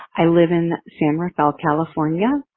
i live in san rafael, california.